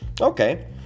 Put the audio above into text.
Okay